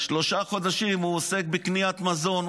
שלושה חודשים הוא עוסק בקניית מזון,